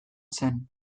zen